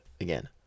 again